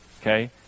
okay